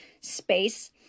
space